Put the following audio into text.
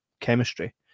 chemistry